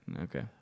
Okay